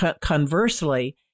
conversely